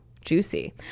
juicy